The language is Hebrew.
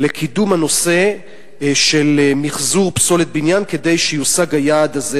לקידום הנושא של מיחזור פסולת בניין כדי שיושג היעד הזה,